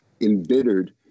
embittered